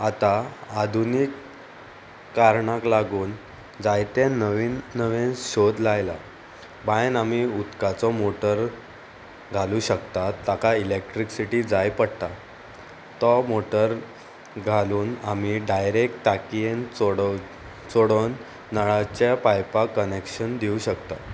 आतां आधुनीक कारणाक लागून जायते नवीन नवे शोध लायला बायन आमी उदकाचो मोटर घालूंक शकतात ताका इलेक्ट्रिक्सिटी जाय पडटा तो मोटर घालून आमी डायरेक्ट ताकयेन चोड चोडोवन नळाच्या पायपाक कनेक्शन दिवं शकता